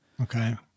Okay